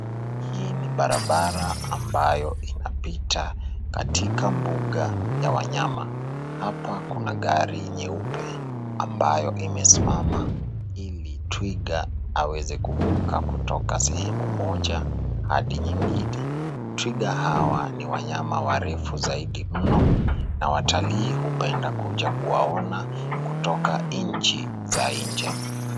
Hii ni barabara ambayo inapita katika mbuga ya wanyama. Hapa kuna gari nyeupe ambayo imesimama ili twiga aweze kuvuka kutoka sehemu moja hadi nyingine. Twiga hawa ni wanyama warefu zaidi mno na watalii hupenda kuja kuwaona kutoka nchi za nje.